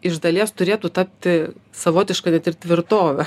iš dalies turėtų tapti savotiška net ir tvirtove